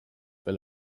veel